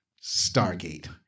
Stargate